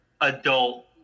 adult